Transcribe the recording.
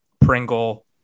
Pringle